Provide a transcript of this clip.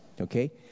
Okay